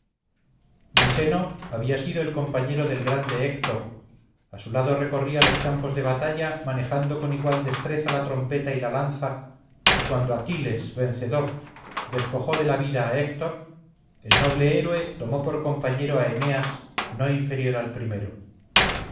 clarín miseno había sido el compañero del grande héctor a su lado recorría los campos de batalla manejando con igual destreza la trompeta y la lanza y cuando aquiles vencedor despojó de la vida a héctor el noble héroe tomó por compañero a eneas no inferior al primero